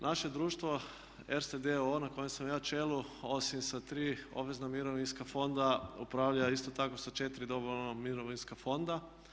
Naše društvo Erste d.o.o. na kojem sam ja čelu osim sa 3 obvezna mirovinska fonda upravlja isto tako i sa 4 dobrovoljna mirovinska fonda.